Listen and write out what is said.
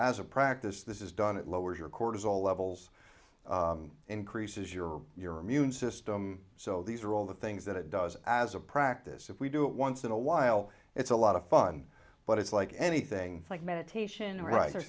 as a practice this is done it lowers your cortisol levels increases your your immune system so these are all the things that it does as a practice if we do it once in a while it's a lot of fun but it's like anything like meditation ri